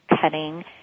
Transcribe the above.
cutting